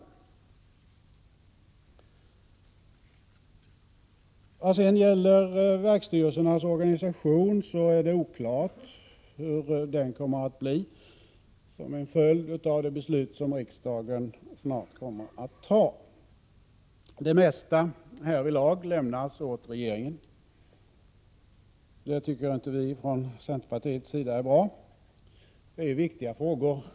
När det sedan gäller verksstyrelsernas organisation är det oklart hur denna kommer att bli som en följd av det beslut som riksdagen kommer att fatta i dag. Det mesta härvidlag lämnas åt regeringen. Detta tycker inte vi från " centerpartiet är bra. Det handlar här om viktiga frågor.